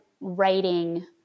writing